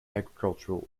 agricultural